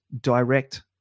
direct